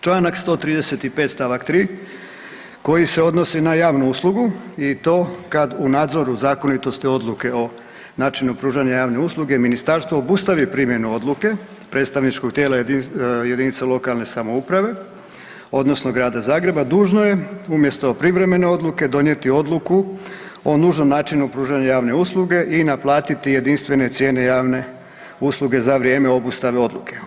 Čl. 135. st. 3. koji se odnosi na javnu uslugu i to kad u nadzoru zakonitosti odluke o načinu pružanja javne usluge ministarstvo obustavi primjenu odluke predstavničkog tijela jedinice lokalne samouprave odnosno Grada Zagreba dužno je umjesto privremene odluke donijeti odluku o nužnom načinu pružanja javne usluge i naplatiti jedinstvene cijene javne usluge za vrijeme obustave odluke.